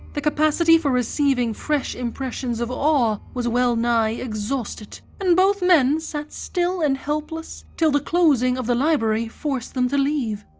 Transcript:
the capacity for receiving fresh impressions of awe was well-nigh exhausted and both men sat still and helpless till the closing of the library forced them to leave.